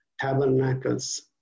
tabernacles